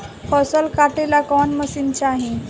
फसल काटेला कौन मशीन चाही?